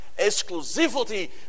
exclusivity